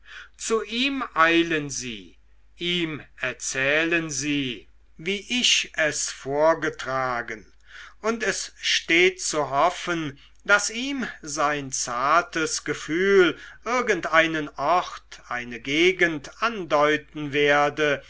zu ihm eilen sie ihm erzählen sie wie ich es vorgetragen und es steht zu hoffen daß ihm sein zartes gefühl irgend einen ort eine gegend andeuten werde